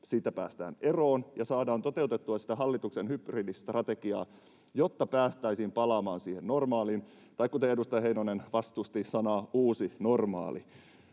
päästään eroon ja saadaan toteutettua sitä hallituksen hybridistrategiaa, jotta päästäisiin palaamaan siihen normaaliin tai — edustaja Heinonen vastusti sitä sanaa — uuteen normaaliin.